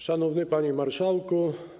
Szanowny Panie Marszałku!